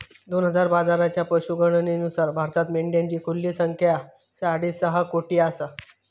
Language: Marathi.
दोन हजार बाराच्या पशुगणनेनुसार भारतात मेंढ्यांची खुली संख्या साडेसहा कोटी आसा